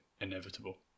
inevitable